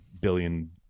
billion